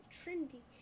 trendy